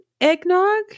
eggnog